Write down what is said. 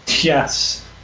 Yes